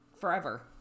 Forever